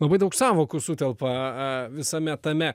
labai daug sąvokų sutelpa a visame tame